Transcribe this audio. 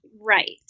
Right